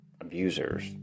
abusers